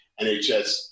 NHS